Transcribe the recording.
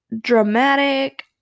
dramatic